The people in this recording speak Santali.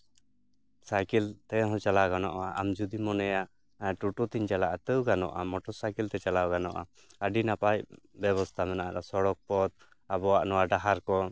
ᱥᱟᱭᱠᱮᱞ ᱛᱮᱦᱚᱸ ᱪᱟᱞᱟᱣ ᱜᱟᱱᱚᱜᱼᱟ ᱟᱢ ᱡᱩᱫᱤᱢ ᱢᱚᱱᱮᱭᱟ ᱴᱳᱴᱳᱛᱤᱧ ᱪᱟᱞᱟᱜᱼᱟ ᱛᱟᱹᱣ ᱜᱟᱱᱚᱜᱼᱟ ᱢᱚᱴᱚᱨ ᱥᱟᱭᱠᱮᱞ ᱛᱮ ᱪᱟᱞᱟᱣ ᱜᱟᱱᱚᱜᱼᱟ ᱟᱹᱰᱤ ᱱᱟᱯᱟᱭ ᱵᱮᱵᱚᱥᱛᱟ ᱢᱮᱱᱟᱜᱼᱟ ᱚᱱᱟ ᱥᱚᱲᱚᱠ ᱯᱚᱛᱷ ᱟᱵᱚᱣᱟᱜ ᱱᱚᱣᱟ ᱰᱟᱦᱟᱨ ᱠᱚ